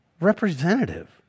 representative